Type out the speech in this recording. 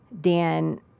Dan